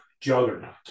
Juggernaut